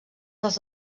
dels